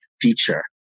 feature